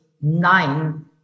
nine